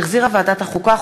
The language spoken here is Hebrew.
שהחזירה ועדת החוקה,